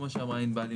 כמו שאמרה ענבר,